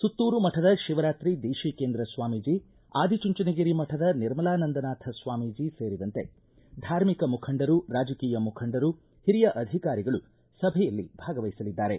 ಸುತ್ತೂರು ಮಠದ ಶಿವರಾತ್ರಿ ದೇಶೀಕೇಂದ್ರ ಸ್ವಾಮೀಜಿ ಆದಿಚುಂಚನಗಿರಿ ಮಠದ ನಿರ್ಮಲಾನಂದನಾಥ ಸ್ವಾಮೀಜಿ ಸೇರಿದಂತೆ ಧಾರ್ಮಿಕ ಮುಖಂಡರು ರಾಜಕೀಯ ಮುಖಂಡರು ಹಿರಿಯ ಅಧಿಕಾರಿಗಳು ಸಭೆಯಲ್ಲಿ ಭಾಗವಹಿಸಲಿದ್ದಾರೆ